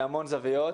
מהמון זוויות.